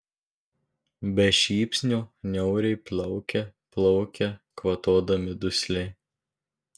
be šypsnio niauriai plaukia plaukia kvatodami dusliai